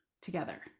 together